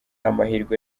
amahirwe